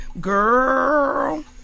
girl